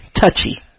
touchy